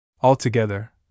Altogether